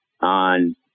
on